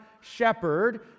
shepherd